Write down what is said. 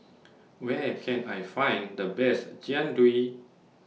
Where Can I Find The Best Jian Dui